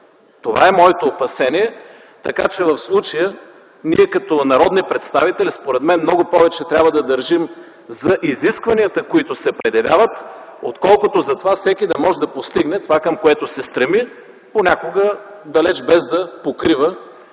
Това е моето опасение. В случая ние като народни представители, според мен, трябва да държим много повече за изискванията, които се предявяват, отколкото за това всеки да може да постигне това, към което се стреми, понякога далече без да покрива